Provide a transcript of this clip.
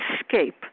escape